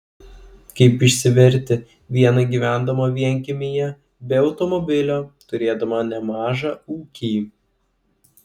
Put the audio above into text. kaip išsiverti viena gyvendama vienkiemyje be automobilio turėdama nemažą ūkį